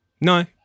No